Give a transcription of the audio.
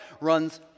runs